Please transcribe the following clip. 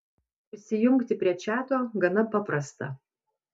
prisijungti prie čiato gana paprasta